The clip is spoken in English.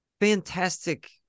fantastic